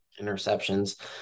interceptions